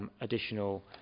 additional